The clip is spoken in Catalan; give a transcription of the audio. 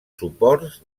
suports